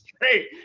great